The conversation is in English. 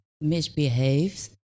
misbehaved